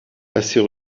assez